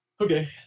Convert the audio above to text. okay